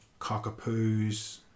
cockapoos